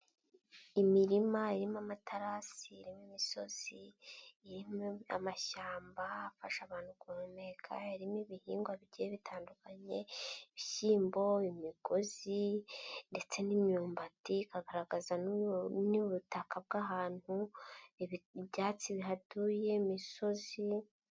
Imirima irimo amaterasi irimo imisozi irimo amashyamba afasha abantu guhumeka, harimo ibihingwa bigiye bitandukanye, ibishyimbo, imigozi, ndetse n'imyumbati, ikagaragaza n'ubutaka bw'ahantu, ibyatsi bihatuye imisozi.